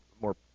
more